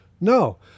No